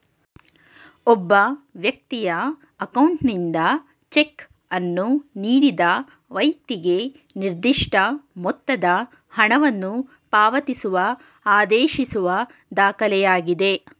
ಒಬ್ಬ ವ್ಯಕ್ತಿಯ ಅಕೌಂಟ್ನಿಂದ ಚೆಕ್ ಅನ್ನು ನೀಡಿದ ವೈಕ್ತಿಗೆ ನಿರ್ದಿಷ್ಟ ಮೊತ್ತದ ಹಣವನ್ನು ಪಾವತಿಸುವ ಆದೇಶಿಸುವ ದಾಖಲೆಯಾಗಿದೆ